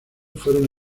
fueron